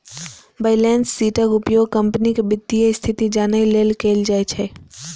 balance शीटक उपयोग कंपनीक वित्तीय स्थिति जानै लेल कैल जाइ छै